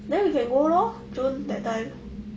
then we can go lor june that time